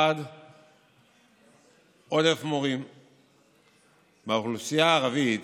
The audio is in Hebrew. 1. עודף מורים באוכלוסייה הערבית,